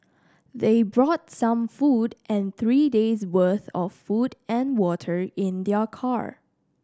they brought some food and three days' worth of food and water in their car